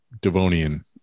Devonian